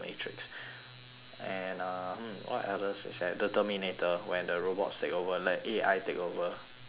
and uh hmm what others is there the terminator when the robots take over like A_I take over humanity